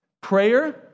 prayer